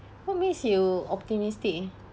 what makes you optimistic eh